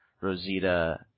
Rosita